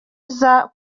iza